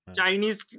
Chinese